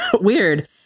weird